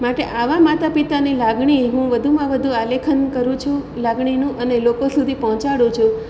માટે આવાં માતા પિતાની લાગણી હું વધુમાં વધુ આલેખન કરું છું લાગણીનું અને લોકો સુધી પહોંચાડુ છું